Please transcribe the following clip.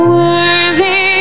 worthy